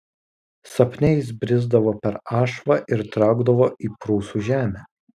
sapne jis brisdavo per ašvą ir traukdavo į prūsų žemę